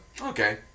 okay